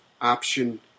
Option